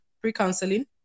Pre-counseling